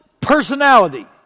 personality